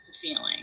feeling